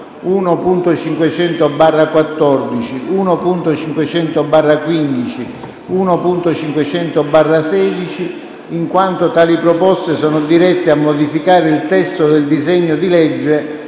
1.500/14, 1.500/15 e 1.500/16, in quanto tali proposte sono dirette a modificare il testo del disegno di legge